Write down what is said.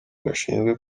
gashinzwe